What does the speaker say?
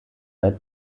sein